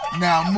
now